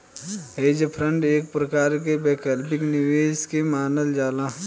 hedge fund एक प्रकार के वैकल्पिक निवेश के मानल जाला